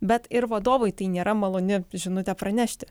bet ir vadovui tai nėra maloni žinutė pranešti